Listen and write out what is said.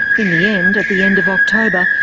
in the end, at the end of october,